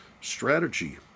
strategy